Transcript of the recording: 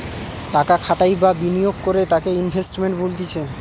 টাকা খাটাই বা বিনিয়োগ করে তাকে ইনভেস্টমেন্ট বলতিছে